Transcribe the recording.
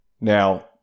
Now